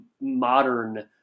modern